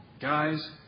Guys